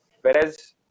Whereas